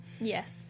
Yes